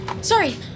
Sorry